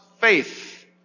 faith